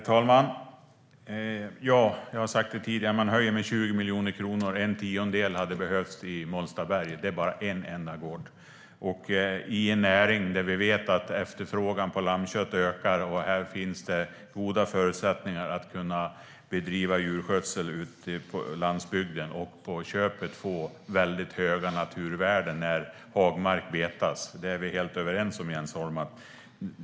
Herr talman! Jag har sagt det tidigare: Man höjer med 20 miljoner kronor. En tiondel hade behövts i Molstaberg, och det är bara en enda gård. Detta är en näring där vi vet att efterfrågan på lammkött ökar. Det finns goda förutsättningar att bedriva djurskötsel ute på landsbygden och på köpet få höga naturvärden när hagmark betas. Det är vi helt överens om, Jens Holm.